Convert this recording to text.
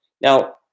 Now